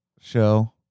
show